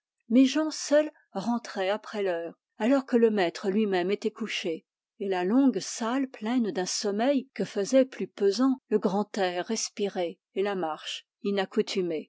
méjean seul rentrait après l'heure alors que le maître lui-même était couché et la longue salle pleine d'un sommeil que faisaient plus pesant le grand air respiré et la marche inaccoutumée